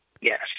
yes